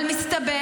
אבל מסתבר,